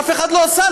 אף אחד לא עשה,